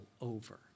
over